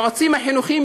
היועצים החינוכיים,